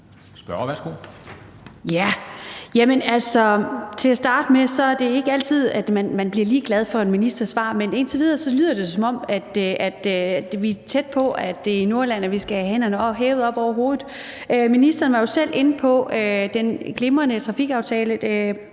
Til at starte med er det ikke altid, man bliver lige glad for en ministers svar, men indtil videre lyder det jo, som om vi er tæt på, at det er i Nordjylland, vi skal have hænderne hævet op over hovedet. Ministeren var jo selv inde på den glimrende trafikaftale,